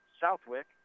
Southwick